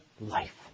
Life